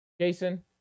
Jason